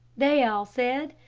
they all said,